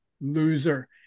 loser